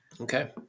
Okay